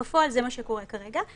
בפועל, זה מה שקורה בפועל.